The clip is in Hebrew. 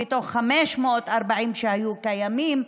מתוך 540 שהיו קיימים.